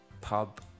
pub